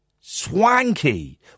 Swanky